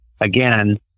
again